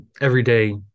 everyday